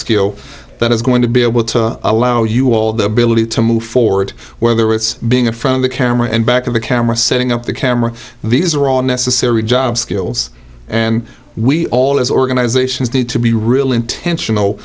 skill that is going to be able to allow you all the ability to move forward whether it's being a front of the camera and back of the camera setting up the camera these are all necessary job skills and we all as organizations need to be really intentional